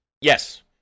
Yes